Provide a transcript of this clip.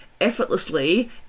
effortlessly